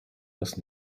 das